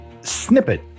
snippet